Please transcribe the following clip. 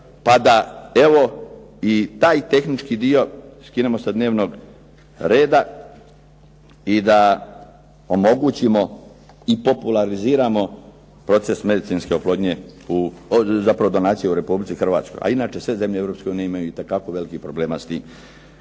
pa da evo i taj tehnički dio skinemo sa dnevnog reda i da omogućimo i populariziramo proces medicinske oplodnje, zapravo donacije u Republici Hrvatskoj. A inače sve zemlje u Europskoj uniji imaju itekako velikih problema s tim.